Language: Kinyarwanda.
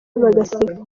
bagaseka